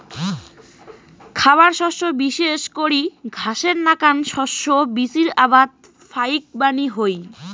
খাবার শস্য বিশেষ করি ঘাসের নাকান শস্য বীচির আবাদ ফাইকবানী হই